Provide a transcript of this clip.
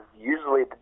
usually